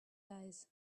guys